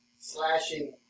slashing